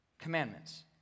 commandments